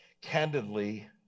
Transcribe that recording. Candidly